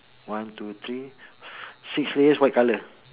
one two three six layers white colour